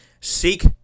Seek